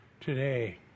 today